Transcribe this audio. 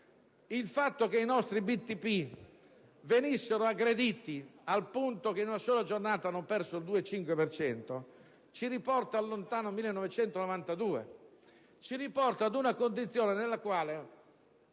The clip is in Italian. fa i nostri BTP siano stati aggrediti al punto che in una sola giornata hanno perso il 2,5 per cento ci riporta al lontano 1992; ci riporta ad una condizione nella quale